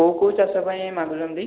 କୋଉ କୋଉ ଚାଷ ପାଇଁ ମାଗୁଛନ୍ତି